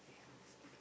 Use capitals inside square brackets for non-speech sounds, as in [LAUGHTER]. ya [BREATH]